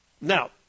Now